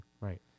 Right